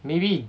maybe